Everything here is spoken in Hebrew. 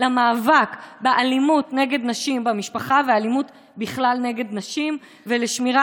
למאבק באלימות נגד נשים במשפחה ואלימות בכלל נגד נשים ולשמירה